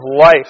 life